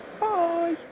Bye